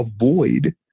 avoid